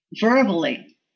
verbally